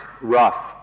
rough